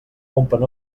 omplen